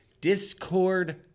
Discord